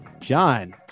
John